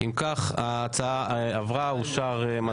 אם כך, ההצעה עברה, אושר מתן הפטור.